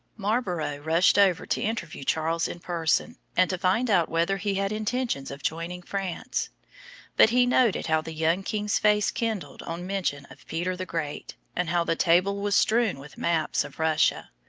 marlborough rushed over to interview charles in person, and to find out whether he had intentions of joining france but he noted how the young king's face kindled on mention of peter the great, and how the table was strewn with maps of russia.